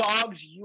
dogs